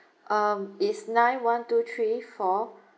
um is nine one two three four